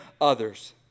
others